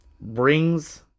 brings